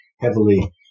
heavily